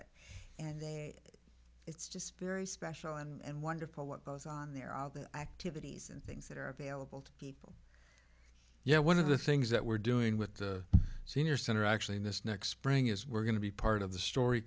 it and then it's just very special and wonderful what goes on there all the activities and things that are available to people yet one of the things that we're doing with the senior center actually in this next spring is we're going to be part of the story